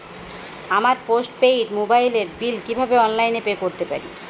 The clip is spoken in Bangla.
আমার পোস্ট পেইড মোবাইলের বিল কীভাবে অনলাইনে পে করতে পারি?